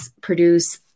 produce